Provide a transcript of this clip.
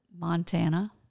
Montana